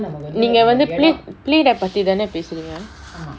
நீங்க வந்து:neenga vanthu pleap~ pleat ah பத்தி தான பேசுரிங்க:pathi thana pesuringa